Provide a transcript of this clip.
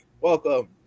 welcome